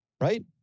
Right